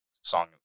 song